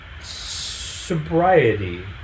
sobriety